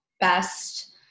best